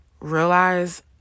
realize